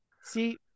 See